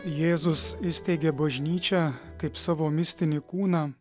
jėzus įsteigė bažnyčią kaip savo mistinį kūną